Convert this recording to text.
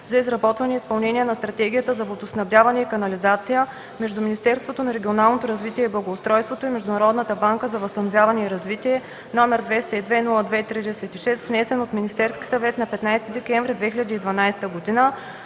за разработване и изпълнение на стратегия за водоснабдяване и канализация между Министерството на регионалното развитие и благоустройството и Международната банка за възстановяване и развитие, внесен от Министерския съвет на 15 декември 2012 г.